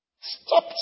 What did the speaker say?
Stop